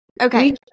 Okay